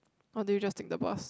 or do you just take the bus